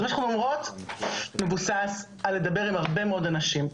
אז מה שאנחנו אומרת מבוסס על לדבר עם הרבה מאוד אנשים,